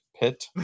pit